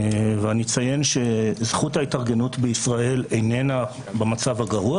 ואני אציין שזכות ההתארגנות בישראל איננה במצב הגרוע